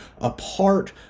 apart